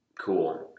Cool